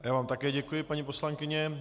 Já vám také děkuji, paní poslankyně.